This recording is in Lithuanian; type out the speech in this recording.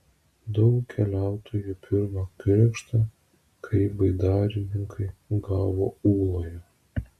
daug keliautojų pirmą krikštą kaip baidarininkai gavo ūloje